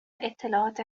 اطلاعات